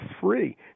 free